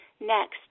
Next